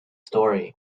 story